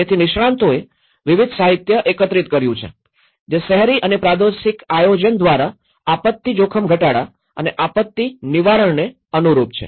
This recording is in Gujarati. તેથી નિષ્ણાતોએ વિવિધ સાહિત્ય એકત્રિત કર્યું છે જે શહેરી અને પ્રાદેશિક આયોજન દ્વારા આપત્તિ જોખમ ઘટાડવા અને આપત્તિ નિવારણને અનુરૂપ છે